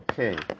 Okay